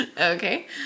Okay